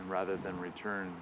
and rather than return